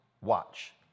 watch